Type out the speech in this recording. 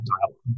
dialogue